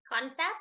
Concept